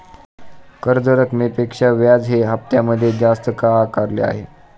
कर्ज रकमेपेक्षा व्याज हे हप्त्यामध्ये जास्त का आकारले आहे?